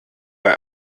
bei